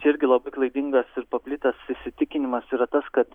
irgi labai klaidingas ir paplitęs įsitikinimas yra tas kad